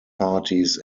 parties